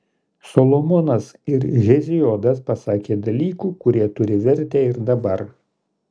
solomonas ir heziodas pasakė dalykų kurie turi vertę ir dabar